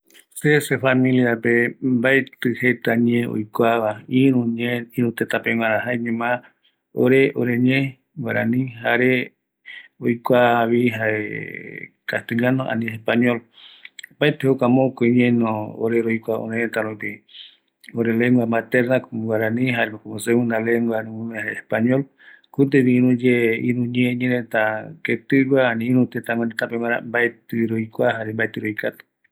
Ore roiko familiava, mbaetɨ roikua ïru ñeereta, jaeño roikua, guarani, jare español, iru tëtäretare ïñee mbaetɨ röja, jare örëmiari vaera